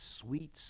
sweet